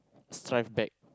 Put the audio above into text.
strive back